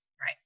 Right